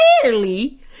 clearly